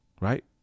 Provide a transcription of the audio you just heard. right